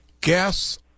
gas